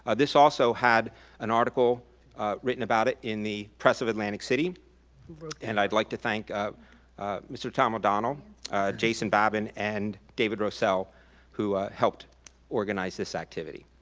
ah this also had an article written about it in the press of atlantic city and i'd like to thank mr. tom o'donnell jason babbin and david roselle who helped organize this activity.